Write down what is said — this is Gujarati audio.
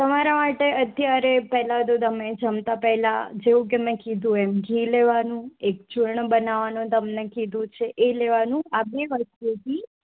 તમારા માટે અત્યારે પહેલાં તો તમે જમતા પહેલાં જેવું કે મેં કીધું એમ ઘી લેવાનું એક ચૂરણ બનાવવાનું તમને કીધું છે એ લેવાનું આ બે વસ્તુથી